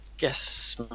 Guess